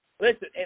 Listen